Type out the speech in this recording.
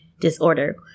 disorder